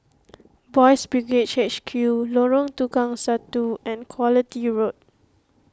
Boys' Brigade H Q Lorong Tukang Satu and Quality Road